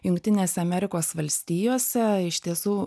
jungtinėse amerikos valstijose iš tiesų